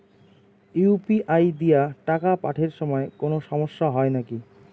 UPI দিয়া টাকা পাঠের সময় কোনো সমস্যা হয় নাকি?